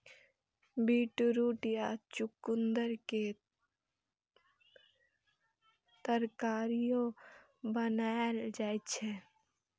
beetroot या चुकंदर के तरकारियो बनाएल जाइ छै